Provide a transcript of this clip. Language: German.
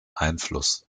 einfluss